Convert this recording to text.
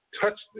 touch